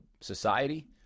society